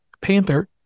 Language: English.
Panther